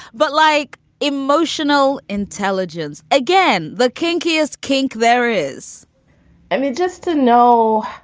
but like emotional intelligence again, the kinkiest kink there is i mean, just to know,